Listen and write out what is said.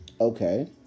Okay